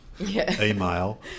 Email